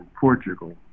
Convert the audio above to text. Portugal